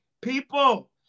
people